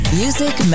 music